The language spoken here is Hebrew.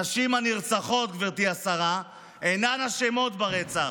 הנשים הנרצחות, גברתי השרה, אינן אשמות ברצח.